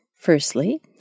Firstly